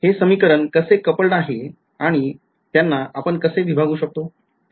हे समीकरणं कसे coupled आहेत आणि त्यांना आपण कसे विभागु शकतो